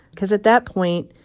because at that point,